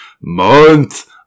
Month